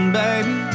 baby